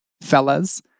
fellas